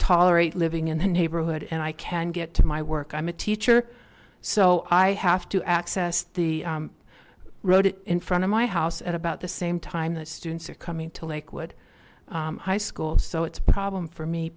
tolerate living in the neighborhood and i can get to my work i'm a teacher so i have to access the road in front of my house at about the same time that students are coming to lakewood high school so it's a problem for me